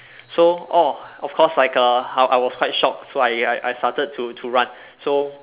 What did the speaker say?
so orh of course like err I I was quite shocked so I I I started to to run so